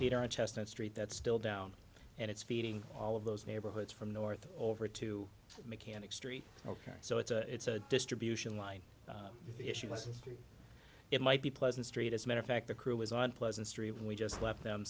theater on chestnut street that's still down and it's feeding all of those neighborhoods from north over to mechanic street ok so it's a it's a distribution line issue listen it might be pleasant street as a matter of fact the crew is on pleasant street and we just left them